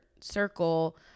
circle